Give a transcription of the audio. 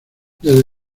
desde